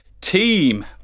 Team